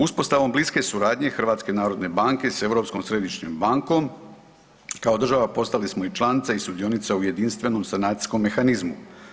Uspostavom bliske suradnje HNB-a s Europskom središnjom bankom kao država postali smo i članica i sudionica u jedinstvenom sanacijskom mehanizmu.